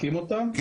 כן,